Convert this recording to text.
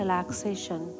relaxation